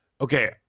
Okay